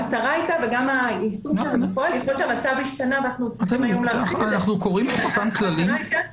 יכול להיות שהמצב השתנה ואנחנו צריכים היום להרחיב את זה.